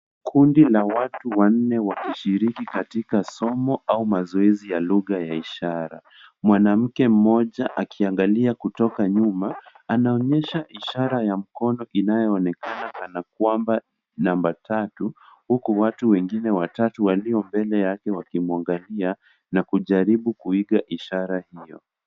Kundi la watu wanne wakishiriki katika somo au mazoezi ya lugha ya ishara. Manamke mmoja akiangalia kutoka nyuma anaonyesha ishara ya mkono inayoonekana kana kwamba namba tatu, huku watu wengine watatu walio mbele yake wakimuangalia na kujaribu kuiga ishara hiyo.